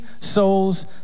souls